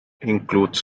includes